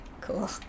Cool